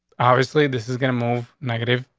obviously this is gonna move negative.